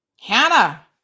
Hannah